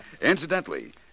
Incidentally